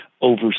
over